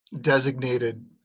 Designated